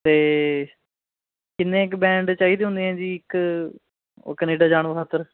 ਅਤੇ ਕਿੰਨੇ ਕੁ ਬੈਂਡ ਚਾਹੀਦੇ ਹੁੰਦੇ ਆ ਜੀ ਇੱਕ ਕੈਨੇਡਾ ਜਾਣ ਖਾਤਰ